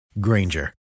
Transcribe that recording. Granger